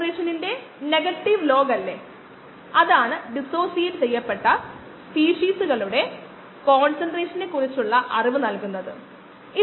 ക്രോമാറ്റോഗ്രാഫിchromatography chromatographic രീതികൾ ഉപയോഗിക്കാം gas chromatography high pressure liquid chromatography HPLC മുതലായവ ഉപയോഗിക്കാം